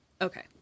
Okay